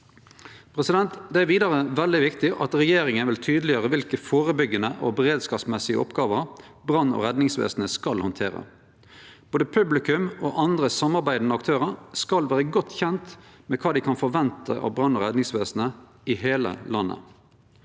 Det er vidare veldig viktig at regjeringa vil tydeleggjere kva for førebyggjande og beredskapsmessige oppgåver brann- og redningsvesenet skal handtere. Både publikum og andre samarbeidande aktørar skal vere godt kjende med kva dei kan forvente av brann- og redningsvesenet i heile landet.